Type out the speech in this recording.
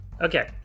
Okay